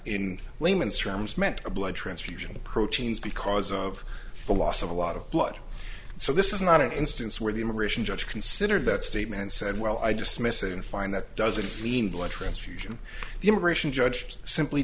in layman's terms meant a blood transfusion proteins because of the loss of a lot of blood so this is not an instance where the human rishon judge considered that statement said well i just miss it and find that doesn't mean blood transfusion the immigration judge simply